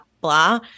blah